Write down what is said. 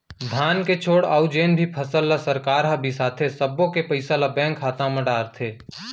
धान के छोड़े अउ जेन भी फसल ल सरकार ह बिसाथे सब्बो के पइसा ल बेंक खाता म डारथे